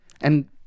and-